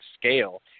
scale